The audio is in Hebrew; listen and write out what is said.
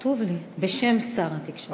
כתוב לי "בשם שר התקשורת".